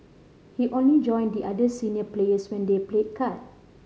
he only join the other senior players when they played card